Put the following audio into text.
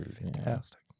Fantastic